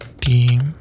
team